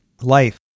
life